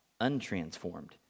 untransformed